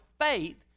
faith